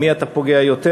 במי אתה פוגע יותר,